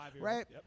right